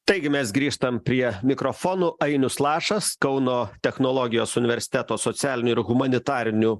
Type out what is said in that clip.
taigi mes grįžtam prie mikrofonų ainius lašas kauno technologijos universiteto socialinių ir humanitarinių